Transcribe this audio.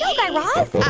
yeah guy raz